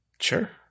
sure